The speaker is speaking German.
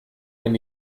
wenn